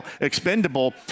expendable